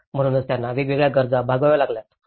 तर म्हणूनच त्यांना वेगवेगळ्या गरजा भागवाव्या लागतात